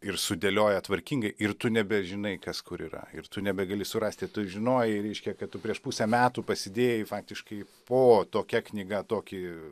ir sudėlioja tvarkingai ir tu nebežinai kas kur yra ir tu nebegali surasti tu žinojai reiškia kad tu prieš pusę metų pasidėjai faktiškai po tokia knyga tokį